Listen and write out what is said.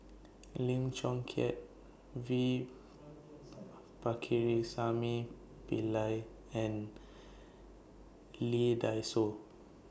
Lim Chong Keat V Pakirisamy Pillai and Lee Dai Soh